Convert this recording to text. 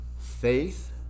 faith